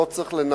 שלא צריך לנמק,